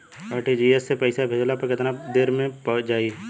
RTGS से पईसा भेजला पर पईसा केतना देर म जाई?